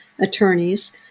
attorneys